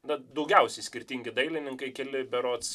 na daugiausiai skirtingi dailininkai keli berods